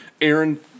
Aaron